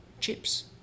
chips